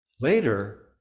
Later